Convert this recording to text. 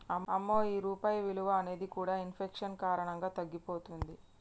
అమ్మో ఈ రూపాయి విలువ అనేది కూడా ఇన్ఫెక్షన్ కారణంగా తగ్గిపోతుంది